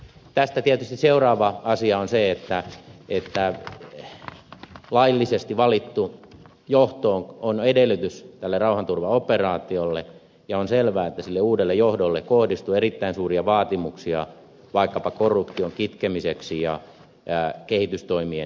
tästä tietysti seuraava asia on se että laillisesti valittu johto on edellytys tälle rauhanturvaoperaatiolle ja on selvää että sille uudelle johdolle kohdistuu erittäin suuria vaatimuksia vaikkapa korruption kitkemiseksi ja kehitystoimien edistämiseksi